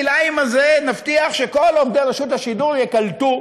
ונבטיח שכל עובדי רשות השידור ייקלטו